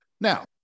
Now